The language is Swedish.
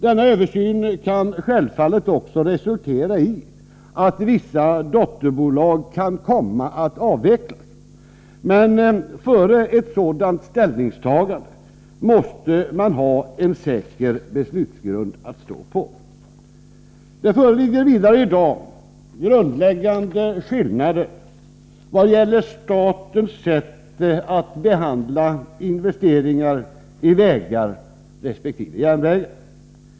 Denna översyn kan självfallet också resultera i att vissa dotterbolag kan komma att avvecklas, men före ett sådant ställningstagande måste man ha en säker beslutsgrund att stå på. Det föreligger vidare i dag grundläggande skillnader vad gäller statens sätt att behandla investeringar i vägar resp. järnvägar.